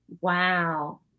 Wow